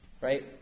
Right